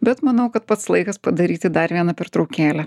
bet manau kad pats laikas padaryti dar vieną pertraukėlę